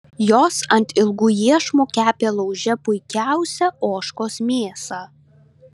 jos ant ilgų iešmų kepė lauže puikiausią ožkos mėsą